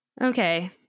Okay